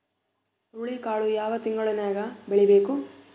ಹುರುಳಿಕಾಳು ಯಾವ ತಿಂಗಳು ನ್ಯಾಗ್ ಬೆಳಿಬೇಕು?